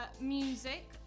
music